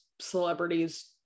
celebrities